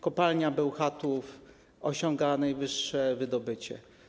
Kopalnia Bełchatów osiąga najwyższe wydobycie.